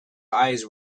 eyes